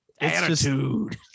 Attitude